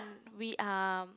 we are